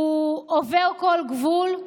זה עובר כל גבול.